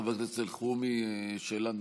חבר הכנסת סעיד אלחרומי, שאלה נוספת,